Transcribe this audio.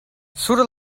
sur